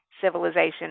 civilization